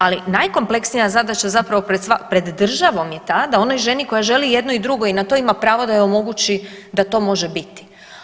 Ali najkompleksnija zadaća zapravo pred državom je ta da onoj ženi koja želi jedno i drugo i na to ima pravo da joj omogući da to može biti.